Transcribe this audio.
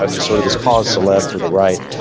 ah just sort of this cause celeb for the right.